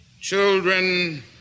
Children